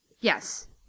yes